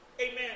amen